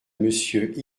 monsieur